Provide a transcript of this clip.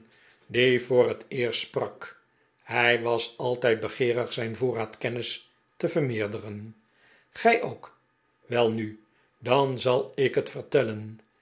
die voor het eerst sprak hij was altijd begeerig zijn voorraad kennis te vermeerderen gij ook welnu dan zal ik het vertellen